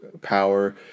power